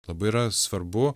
labai yra svarbu